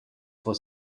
for